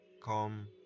come